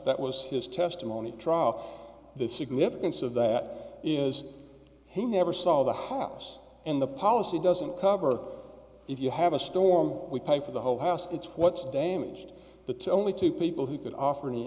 that was his testimony trial the significance of that is he never saw the house and the policy doesn't cover if you have a storm we pay for the whole house it's what's damaged the only two people who could offer any